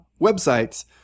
websites